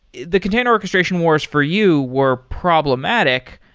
the container orchestrations wars for you were problematic,